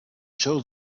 chose